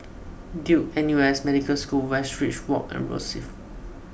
Duke N U S Medical School Westridge Walk and Rosyth